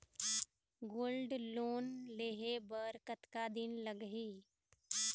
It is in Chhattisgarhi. गोल्ड लोन लेहे बर कतका दिन लगही?